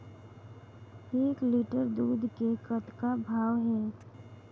एक लिटर दूध के कतका भाव हे?